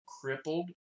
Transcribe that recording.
crippled